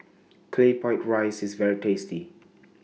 Claypot Rice IS very tasty